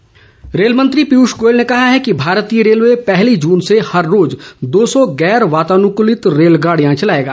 पीयूष गोयल रेलमंत्री पीयूष गोयल ने कहा है कि भारतीय रेलवे पहली जून से हर रोज दो सौ गैर वातानुकलित रेलगाड़ियां चलाएगा